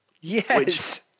Yes